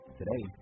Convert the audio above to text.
Today